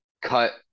cut